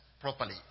properly